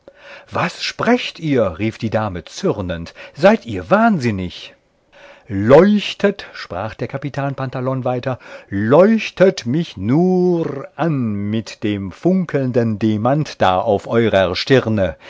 was sprecht ihr rief die dame zürnend seid ihr wahnsinnig leuchtet sprach der capitan pantalon weiter leuchtet mich nur an mit dem funkelnden demant da auf eurer stirne